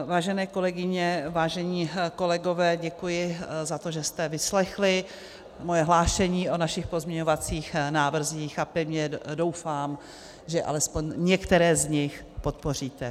Vážené kolegyně, vážení kolegové, děkuji za to, že jste vyslechli moje hlášení o našich pozměňovacích návrzích, a pevně doufám, že alespoň některé z nich podpoříte.